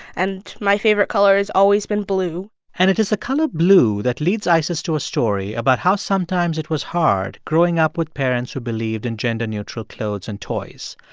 and my favorite color has always been blue and it is the color blue that leads isis to a story about how sometimes it was hard growing up with parents who believed in gender-neutral clothes and toys.